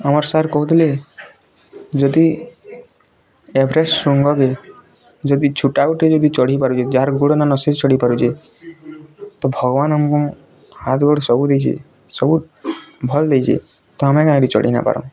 ଆମର ସାର୍ କହୁଥିଲେ ଯଦି ଏଭ୍ରେଷ୍ଟ ଶୃଙ୍ଗ ବି ଯଦି ଛୋଟା ଗୋଟେ ଚଢ଼ିପାରୁଛି ଯାହାର ଗୋଡ଼ ନ ଅଛି ଚଢ଼ିପାରୁଛି ତ ଭଗବାନ ଆମକୁ ହାତ ଗୋଡ଼ ସବୁ ଦେଇଛି ସବୁ ଭଲ୍ ଦେଇଛି ତ ଆମେ କାଇଁ ଚଢ଼ିନପାରୁ